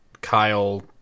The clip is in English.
Kyle